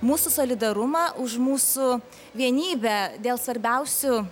mūsų solidarumą už mūsų vienybę dėl svarbiausių